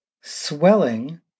swelling